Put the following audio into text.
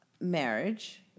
marriage